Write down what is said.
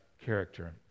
character